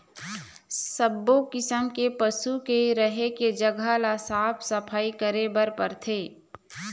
सब्बो किसम के पशु के रहें के जघा ल साफ सफई करे बर परथे